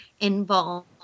involved